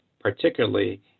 particularly